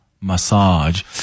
massage